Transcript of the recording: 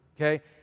okay